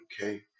Okay